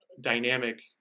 dynamic